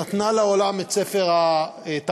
נתנה לעולם את ספר התנ"ך,